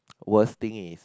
worst thing is